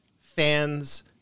fans